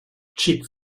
cheap